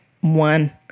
one